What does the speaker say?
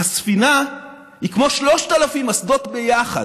הספינה היא כמו 3,000 אסדות ביחד.